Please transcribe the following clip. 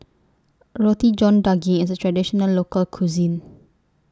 Roti John Daging IS A Traditional Local Cuisine